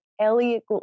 elliot